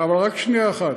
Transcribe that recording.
רק שנייה אחת.